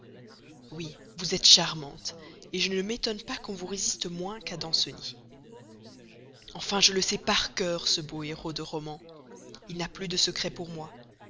oui vous êtes charmante je ne m'étonne pas qu'on vous résiste moins qu'à danceny enfin je le sais par cœur ce beau héros de roman il n'a plus de secret pour moi